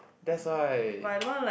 that's why